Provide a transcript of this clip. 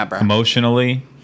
Emotionally